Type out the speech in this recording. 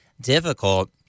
difficult